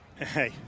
hey